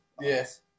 Yes